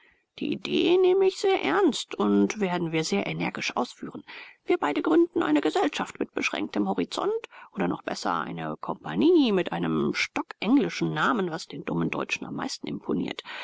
die idee nehme ich sehr ernst und werden wir sehr energisch ausführen wir beide gründen eine gesellschaft mit beschränktem horizont oder noch besser eine kompagnie mit einem stockenglischen namen was den dummen deutschen am meisten imponiert